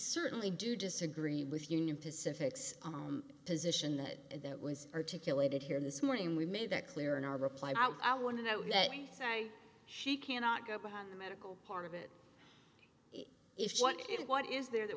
certainly do disagree with union pacific position that that was articulated here this morning we made that clear in our reply i want to know why she cannot go beyond the medical part of it if you want to get what is there that